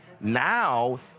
now